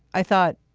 i thought,